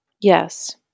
Yes